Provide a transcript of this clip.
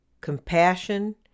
compassion